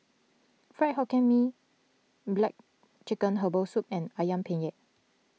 Fried Hokkien Mee Black Chicken Herbal Soup and Ayam Penyet